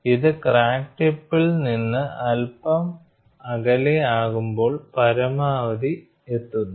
ഇത് ക്രാക്ക് ടിപ്പിൽ നിന്ന് അൽപ്പം അകലെ ആകുമ്പോൾ പരമാവധി എത്തുന്നു